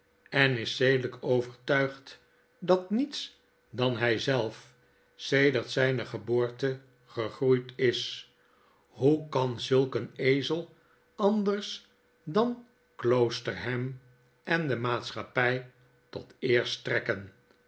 en is zedelijk overtuigd dat niets din by zelf sedert zpe geboorte gegroeid is hoe kan zulk een ezel anders dan kloosterham en de maatschappy tot eer strekken